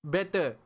Better